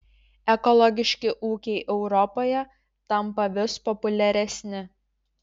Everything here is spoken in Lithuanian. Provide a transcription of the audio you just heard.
ekologiški ūkiai europoje tampa vis populiaresni